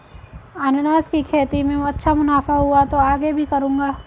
अनन्नास की खेती में अच्छा मुनाफा हुआ तो आगे भी करूंगा